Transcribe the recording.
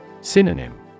Synonym